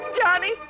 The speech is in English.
Johnny